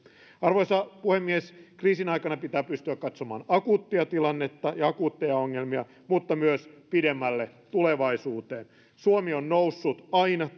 arvoisa puhemies kriisin aikana pitää pystyä katsomaan akuuttia tilannetta ja akuutteja ongelmia mutta myös pidemmälle tulevaisuuteen suomi on noussut aina